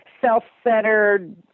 self-centered